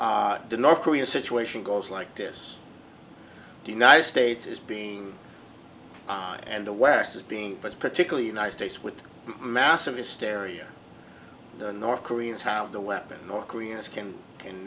did north korea situation goes like this united states is being and the west as being but particularly united states with massive hysteria the north koreans have the weapons north koreans can can